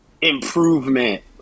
improvement